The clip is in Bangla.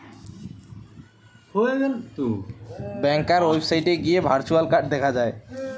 ব্যাংকার ওয়েবসাইটে গিয়ে ভার্চুয়াল কার্ড দেখা যায়